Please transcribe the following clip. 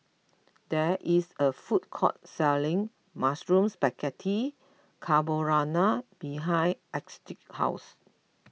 there is a food court selling Mushroom Spaghetti Carbonara behind Astrid's house